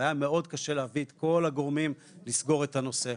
והיה מאוד קשה להביא את כל הגורמים לסגור את הנושא.